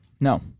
No